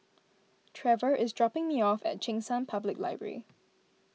Trever is dropping me off at Cheng San Public Library